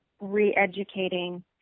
re-educating